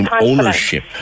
ownership